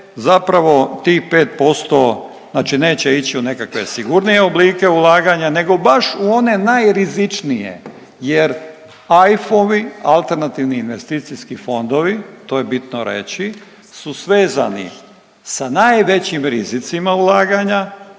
zapravo tih 5% znači neće ići u nekakve sigurnije oblike ulaganja nego baš u one najrizičnije jer AIF-ovi, alternativni investicijski fondovi, to je bitno reći, su svezani sa najvećim rizicima ulaganja,